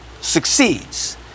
succeeds